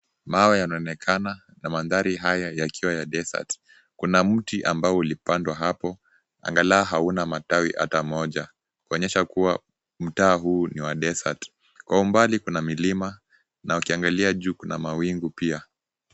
Mawe yanaonekana, na mandhari haya yakiwa ya desert .Kuna mti ambao ulipandwa hapo, angalaa hauna matawi hata moja, kuonyesha kwamba mtaa huu ni wa desert . Kwa umbali kuna milima, na ukiangalia juu kuna mawingu.